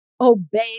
obey